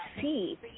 see